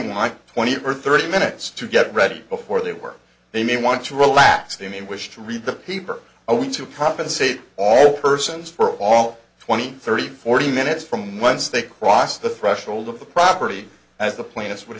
want twenty or thirty minutes to get ready before they work they may want to relax the main wish to read the paper i want to compensate all persons for all twenty thirty forty minutes from whence they crossed the threshold of the property as the planets would